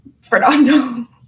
Fernando